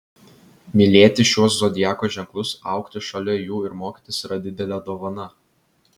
mylėti šiuos zodiako ženklus augti šalia jų ir mokytis yra didelė dovana